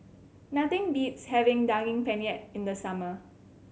nothing beats having Daging Penyet in the summer